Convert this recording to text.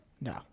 No